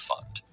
Fund